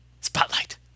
Spotlight